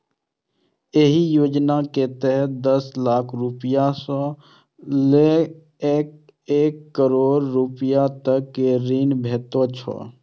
एहि योजना के तहत दस लाख रुपैया सं लए कए एक करोड़ रुपैया तक के ऋण भेटै छै